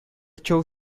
show